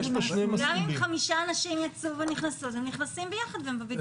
גם אם חמישה אנשים יצאו ונכנסו אז הם נכנסים ביחד והם בבידוד ביחד.